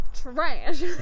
trash